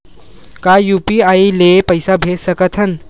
का यू.पी.आई ले पईसा भेज सकत हन?